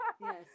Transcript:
Yes